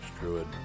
druid